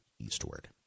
eastward